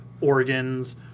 organs